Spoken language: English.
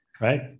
right